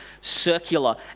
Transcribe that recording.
circular